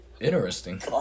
Interesting